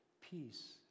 peace